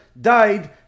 died